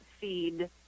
feed